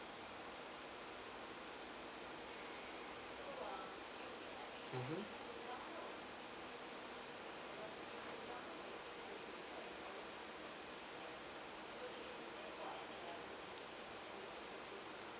mmhmm